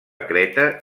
creta